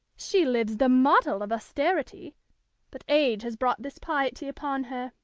she lives the model of austerity but age has brought this piety upon her,